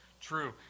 True